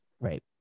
Right